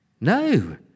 No